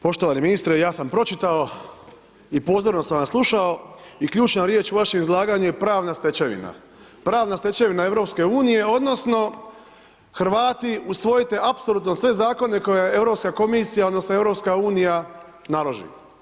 Poštovani ministre, ja sam pročitao i pozorno sam vas slušao i ključna riječ u vašem izlaganju je pravna stečevina., pravna stečevina EU-a odnosno Hrvati, usvojite apsolutno sve zakone koje Europska komisija odnosno EU naloži.